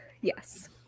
Yes